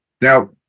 now